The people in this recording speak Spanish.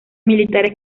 militares